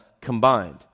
combined